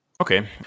Okay